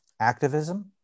activism